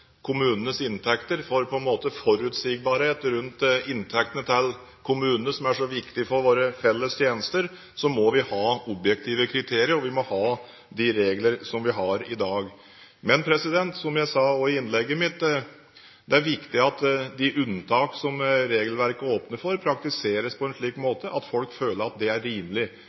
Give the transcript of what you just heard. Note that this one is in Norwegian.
kommunenes inntekter, for forutsigbarhet rundt inntektene til kommunene, som er så viktig for våre felles tjenester, må vi ha objektive kriterier, og vi må ha de regler som vi har i dag. Men, som jeg også sa i innlegget mitt, er det viktig at de unntak som regelverket åpner for, praktiseres på en slik måte at folk føler at det er rimelig.